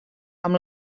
amb